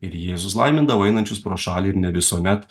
ir jėzus laimindavo einančius pro šalį ir ne visuomet